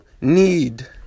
need